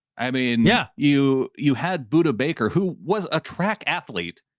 i mean yeah. you you had buddha baker who was a track athlete.